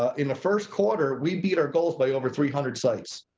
ah in the first quarter, we beat our goals by over three hundred sites,